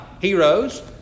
heroes